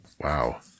wow